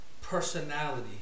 personality